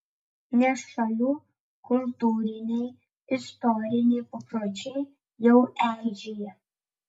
nes šalių kultūriniai istoriniai papročiai jau eižėja